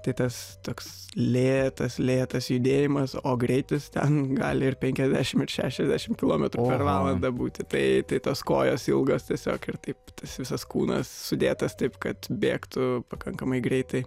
tai tas toks lėtas lėtas judėjimas o greitis ten gali ir penkiasdešimt ar šešiasdešimt kilometrų per valandą būti tai tos kojos ilgos tiesiog ir taip tas visas kūnas sudėtas taip kad bėgtų pakankamai greitai